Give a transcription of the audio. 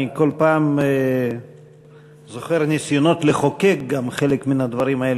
אני כל פעם זוכר ניסיונות לחוקק גם חלק מן הדברים האלה,